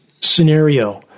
scenario